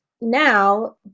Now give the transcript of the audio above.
now